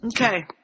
Okay